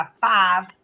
five